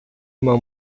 uma